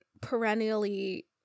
perennially